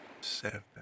seven